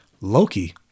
Loki